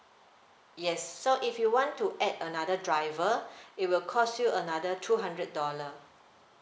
yes so if you want to add another driver it will cost you another two hundred dollar